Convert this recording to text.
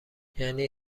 یعنی